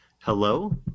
Hello